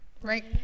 right